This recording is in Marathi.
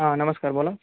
हा नमस्कार बोला